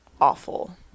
awful